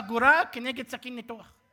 חגורה כנגד סכין ניתוח.